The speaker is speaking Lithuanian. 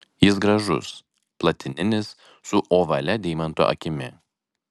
jis gražus platininis su ovalia deimanto akimi